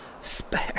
spare